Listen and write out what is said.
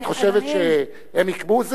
מה, את חושבת שהם יקבעו?